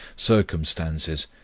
circumstances,